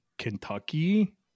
Kentucky